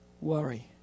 worry